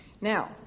Now